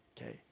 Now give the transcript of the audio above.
Okay